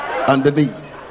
Underneath